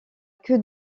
que